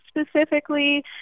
specifically